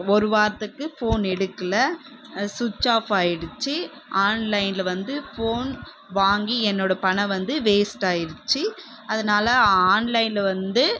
ஒரு வாரத்துக்கு ஃபோன் எடுக்கலை சுவிட்ச் ஆஃப் ஆகிடிச்சி ஆன்லைனில் வந்து ஃபோன் வாங்கி என்னோடய பணம் வந்து வேஸ்ட் ஆகிடிச்சி அதனால் ஆன்லைனில் வந்து